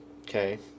okay